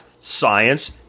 science